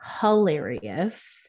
hilarious